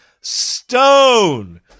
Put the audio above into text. stone